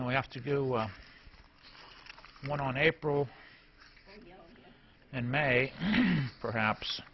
and we have to do one on april and may perhaps